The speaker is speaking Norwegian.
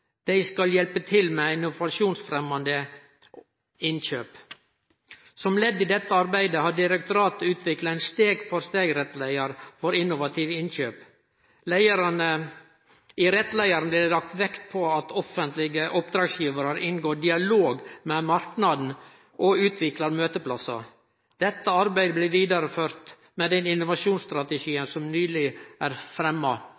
Dei skal hjelpe til med innovasjonsfremmande innkjøp. Som ledd i dette arbeidet har direktoratet utvikla ein steg-for-steg-rettleiar for innovative innkjøp. I rettleiaren blir det lagt vekt på at offentlege oppdragsgjevarar inngår dialog med marknaden og utviklar møteplassar. Dette arbeidet blir vidareført med den innovasjonsstrategien som nyleg er fremma.